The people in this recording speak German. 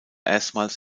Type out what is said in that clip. erstmals